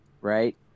right